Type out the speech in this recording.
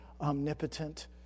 omnipotent